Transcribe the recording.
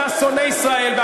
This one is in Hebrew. אתה שונא ישראל.